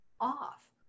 off